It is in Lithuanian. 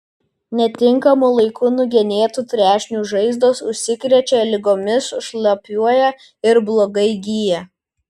netinkamu laiku nugenėtų trešnių žaizdos užsikrečia ligomis šlapiuoja ir blogai gyja